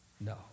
No